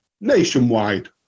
nationwide